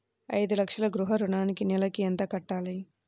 ఐదు లక్షల గృహ ఋణానికి నెలకి ఎంత కట్టాలి?